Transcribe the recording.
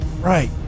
Right